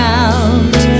out